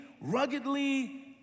ruggedly